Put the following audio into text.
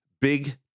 Big